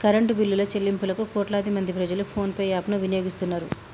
current బిల్లుల చెల్లింపులకు కోట్లాది మంది ప్రజలు ఫోన్ పే యాప్ ను వినియోగిస్తున్నరు